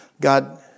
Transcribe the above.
God